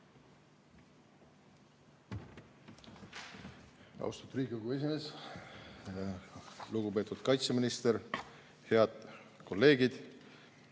Austatud Riigikogu esimees! Lugupeetud kaitseminister! Head kolleegid!